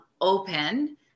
open